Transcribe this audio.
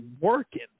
working